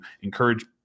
encourage